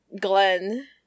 glenn